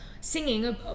singing